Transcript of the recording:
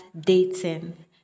Dating